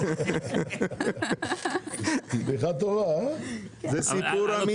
זה סיפור אמיתי.